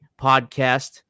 podcast